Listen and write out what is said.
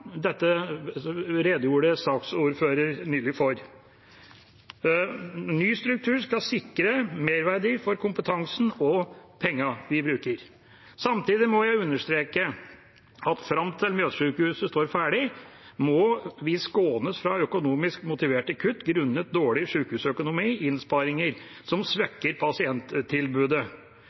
dette redegjorde saksordføreren nylig for. Ny struktur skal sikre merverdi for kompetansen og pengene vi bruker. Samtidig må jeg understreke at fram til Mjøssykehuset står ferdig, må vi skånes fra økonomisk motiverte kutt grunnet dårlig sykehusøkonomi og innsparinger som svekker pasienttilbudet.